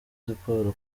siporo